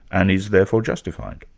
and is therefore justified.